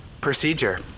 Procedure